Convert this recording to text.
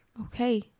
Okay